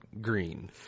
green